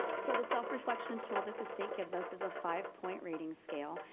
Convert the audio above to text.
so the self-reflection tool that the state gives us is a five-point rating scale.